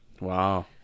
Wow